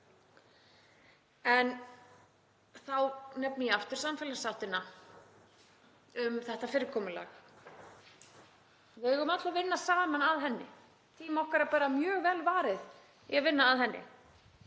Þá nefni ég aftur samfélagssáttina um þetta fyrirkomulag. Við eigum öll að vinna saman að henni, tíma okkar er mjög vel varið í að vinna að henni.